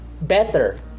better